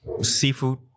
seafood